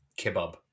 kebab